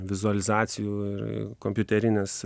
vizualizacijų ir ir kompiuterinės